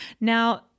Now